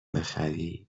بخری